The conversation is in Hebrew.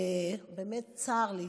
ובאמת צר לי.